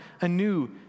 anew